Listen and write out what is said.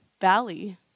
Valley